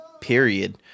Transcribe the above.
period